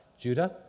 Judah